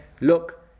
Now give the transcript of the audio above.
look